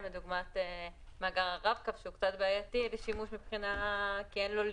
נדע ביום שלמחרת לתפעל את הרכבת כך שאותו מקום